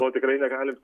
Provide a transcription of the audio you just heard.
to tikrai negalim